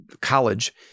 college